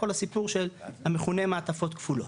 כל הסיפור המכונה מעטפות כפולות,